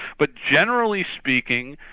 but generally speaking,